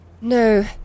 No